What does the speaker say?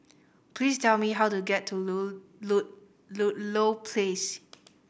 please tell me how to get to Ludlow Place